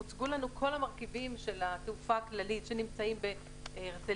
הוצגו לנו כל המרכיבים של התעופה הכללית שנמצאים בהרצליה,